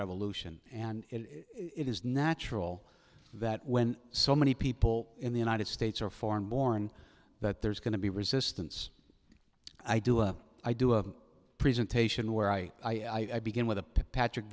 revolution and it is natural that when so many people in the united states are foreign born that there's going to be resistance i do a i do a presentation where i begin with a patrick